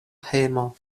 hejmo